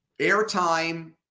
airtime